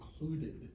included